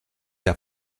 der